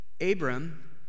Abram